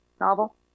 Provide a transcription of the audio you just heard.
novel